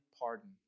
pardon